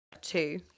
Two